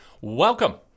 Welcome